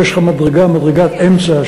יש לך מדרגת אמצע,